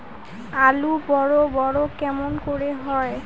আলু বড় বড় কেমন করে হয়?